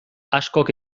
askok